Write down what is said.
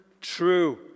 true